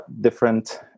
different